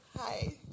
Hi